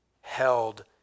held